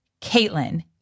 Caitlin